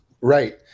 Right